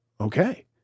okay